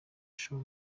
show